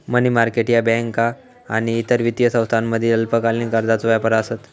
मनी market ह्या बँका आणि इतर वित्तीय संस्थांमधील अल्पकालीन कर्जाचो व्यापार आसत